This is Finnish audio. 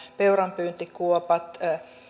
peuranpyyntikuopat